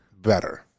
Better